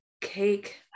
cake